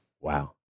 Wow